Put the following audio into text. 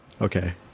Okay